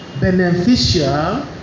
beneficial